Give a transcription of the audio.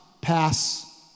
pass